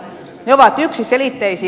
ne ovat yksiselitteisiä